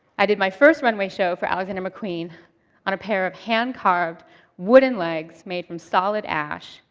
i did my first runway show for alexander mcqueen on a pair of hand-carved wooden legs made from solid ash.